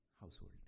household